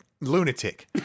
lunatic